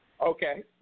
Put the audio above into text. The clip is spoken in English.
Okay